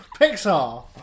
Pixar